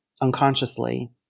unconsciously